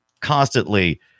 constantly